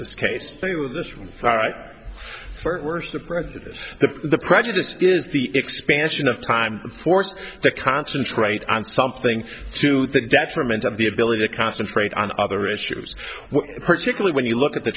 this case right first words of prejudice of the prejudice is the expansion of time forced to concentrate on something to the detriment of the ability to concentrate on other issues particularly when you look at the